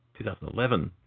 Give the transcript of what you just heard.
2011